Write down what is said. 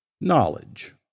knowledge